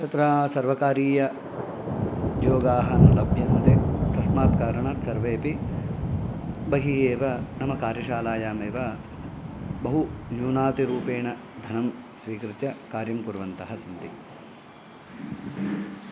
तत्र सर्वकारीय उद्योगाः न लभ्यन्ते तस्मात् कारणात् सर्वेऽपि बहिः एव नाम कार्यशालायामेव बहु न्यूनाति रूपेण धनं स्वीकृत्य कार्यं कुर्वन्तः सन्ति